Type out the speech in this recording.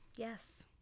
Yes